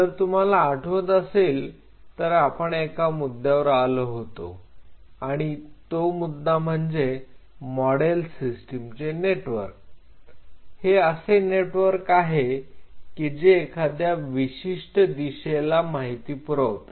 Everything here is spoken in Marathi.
जर तुम्हाला आठवत असेल तर आपण एका मुद्द्यावर आलो होतो आणि तो मुद्दा म्हणजे मॉडेल सिस्टीम चे नेटवर्क हे असे नेटवर्क आहे की जे एखाद्या विशिष्ट दिशेला माहिती पुरवतात